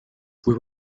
fue